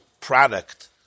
product